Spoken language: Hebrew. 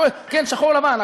שחור לבן,